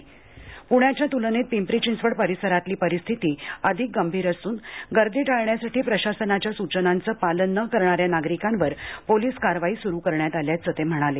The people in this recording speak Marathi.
प्ण्याच्या त्लनेत पिंपरी चिंचवड परिसरातली परिस्थिती अधिक गंभीर असून गर्दी टाळण्यासाठी प्रशासनाच्या सूचनांचं पालन न करणाऱ्या नागरिकांवर पोलीस कारवाई सुरु करण्यात आल्याचं ते म्हणाले